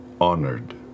honored